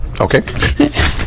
Okay